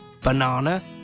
banana